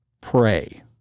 Pray